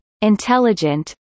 intelligent